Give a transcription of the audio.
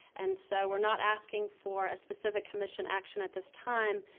and so, we're not asking for a specific commission action at this time,